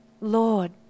Lord